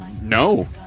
No